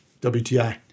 WTI